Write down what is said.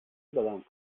belan